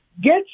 Get